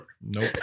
Nope